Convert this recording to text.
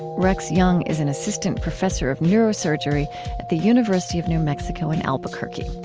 rex jung is an assistant professor of neurosurgery at the university of new mexico in albuquerque.